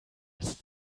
als